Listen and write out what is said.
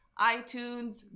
iTunes